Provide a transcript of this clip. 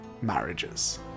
marriages